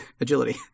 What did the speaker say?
agility